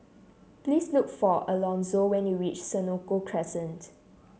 please look for Alonso when you reach Senoko Crescent